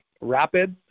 Rapids